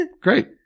Great